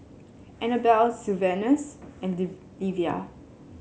Anabel Sylvanus and Livia